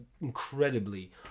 incredibly